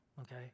okay